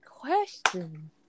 Question